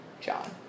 John